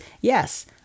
Yes